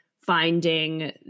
finding